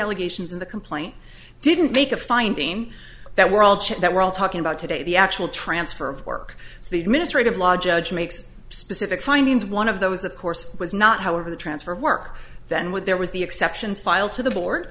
allegations in the complaint didn't make a finding that we're all that we're all talking about today the actual transfer of work so the administrative law judge makes specific findings one of those of course was not however the transfer work then when there was the exceptions filed to the board